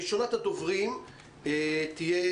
ראשונת הדוברים תהיה